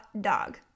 dog